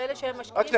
איך?